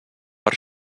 per